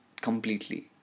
completely